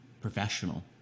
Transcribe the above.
professional